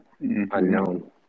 unknown